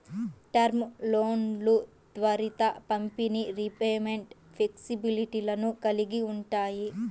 term లోన్లు త్వరిత పంపిణీ, రీపేమెంట్ ఫ్లెక్సిబిలిటీలను కలిగి ఉంటాయి